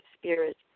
Spirit